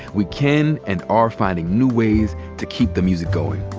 we can and are finding new ways to keep the music going.